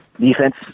Defense